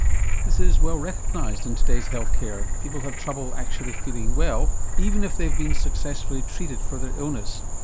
this is well recognised in today's health care, people have trouble actually feeling well, even if they've been successfully treated for their illness.